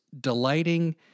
delighting